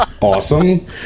awesome